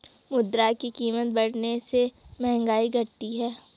मुद्रा की कीमत बढ़ने से महंगाई घटी है